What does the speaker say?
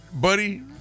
buddy